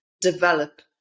develop